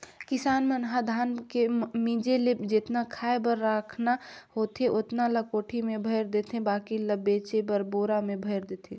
किसान मन ह धान पान के मिंजे ले जेतना खाय बर रखना होथे ओतना ल कोठी में भयर देथे बाकी ल बेचे बर बोरा में भयर देथे